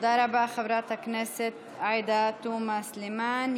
תודה רבה, חברת הכנסת עאידה תומא סלימאן.